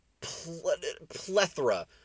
plethora